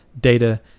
data